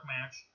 match